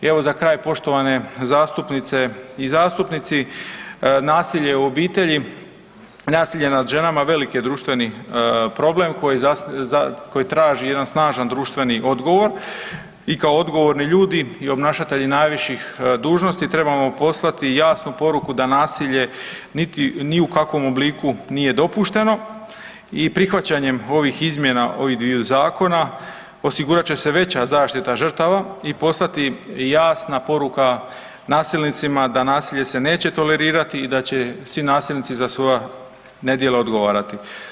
Evo za kraj poštovane zastupnice i zastupnici, nasilje u obitelji, nasilje nad ženama je veliki društveni problem koji traži jedan snažan društveni odgovor i kao odgovorni ljudi i obnašatelji najviših dužnosti trebamo poslati jasnu poruku da nasilje niti ni u kakvom obliku nije dopušteno i prihvaćanjem ovih izmjena ova dva zakona osigurat će se veća zaštita žrtava i poslati jasna poruka nasilnicima da nasilje se neće tolerirati i da će svi nasilnici za svoja nedjela odgovarati.